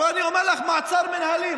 אבל אני אומר לך מעצר מינהלי.